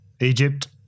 Egypt